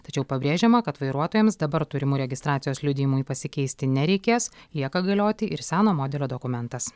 tačiau pabrėžiama kad vairuotojams dabar turimų registracijos liudijimų pasikeisti nereikės lieka galioti ir seno modelio dokumentas